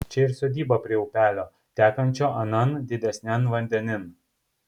čia ir sodyba prie upelio tekančio anan didesnian vandenin